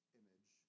image